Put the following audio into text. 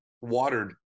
watered